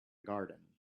garden